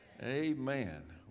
Amen